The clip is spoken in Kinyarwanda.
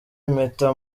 impeta